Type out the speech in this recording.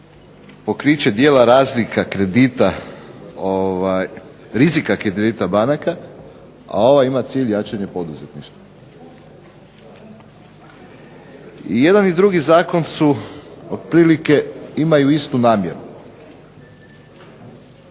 pokriće dijela razlika kredita, rizika kredita banaka, a ovaj ima cilj jačanje poduzetništva. I jedan i drugi zakon su otprilike imaju istu namjeru,